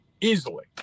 easily